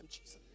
Jesus